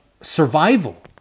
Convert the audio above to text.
survival